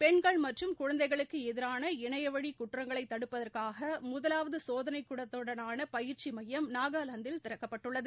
பெண்கள் மற்றும் குழந்தைகளுக்கு எதிரான இணையவழி குற்றங்களை தடுப்பதற்காக முதலாவது சோதனைக்கூடத்துடனான பயிற்சி மையம் நாகாலாந்தில் திறக்கப்பட்டுள்ளது